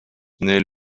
naît